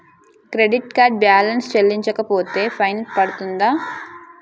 Credit card balance చెల్లించకపోతే fine పడ్తుంద?